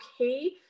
okay